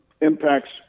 impacts